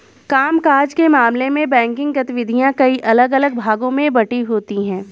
काम काज के मामले में बैंकिंग गतिविधियां कई अलग अलग भागों में बंटी होती हैं